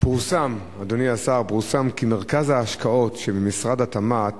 אדוני השר, פורסם כי מרכז ההשקעות של משרד התמ"ת